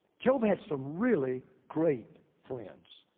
job had some really great friends.